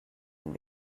and